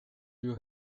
you